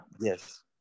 Yes